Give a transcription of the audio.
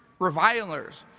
revilers,